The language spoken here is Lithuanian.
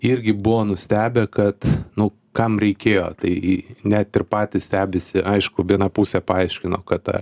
irgi buvo nustebę kad nu kam reikėjo tai net ir patys stebisi aišku viena pusė paaiškino kad ta